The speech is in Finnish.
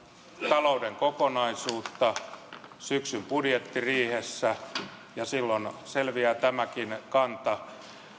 talouden kokonaisuutta syksyn budjettiriihessä ja silloin selviää tämäkin kanta